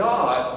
God